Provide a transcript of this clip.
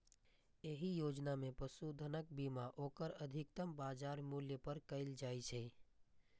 एहि योजना मे पशुधनक बीमा ओकर अधिकतम बाजार मूल्य पर कैल जाइ छै